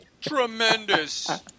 Tremendous